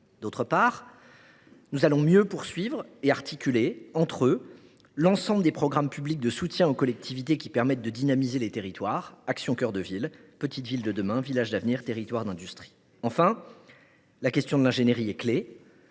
D’autre part, nous allons mieux poursuivre et articuler entre eux l’ensemble des programmes publics de soutien aux collectivités qui permettent de dynamiser les territoires : Action cœur de ville, Petites Villes de demain, Villages d’avenir, Territoires d’industrie. L’ingénierie est une